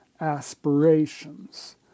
aspirations